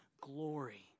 glory